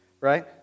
right